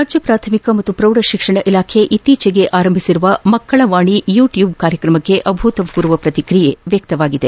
ರಾಜ್ಯ ಪ್ರಾಥಮಿಕ ಮತ್ತು ಪ್ರೌಢ ಶಿಕ್ಷಣ ಇಲಾಖೆ ಇತ್ತೀಚೆಗೆ ಆರಂಭಿಸಿರುವ ಮಕ್ಕಳ ವಾಣಿ ಯುಟ್ಟೂಬ್ ಕಾರ್ಯಕ್ರಮಕ್ಕೆ ಅಭೂತಪೂರ್ವ ಪ್ರತಿಕ್ರಿಯೆ ವ್ಚಕ್ತವಾಗಿದೆ